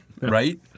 Right